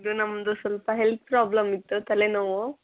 ಇದು ನಮ್ಮದು ಸ್ವಲ್ಪ ಹೆಲ್ತ್ ಪ್ರಾಬ್ಲಮ್ ಇತ್ತು ತಲೆ ನೋವು